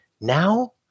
Now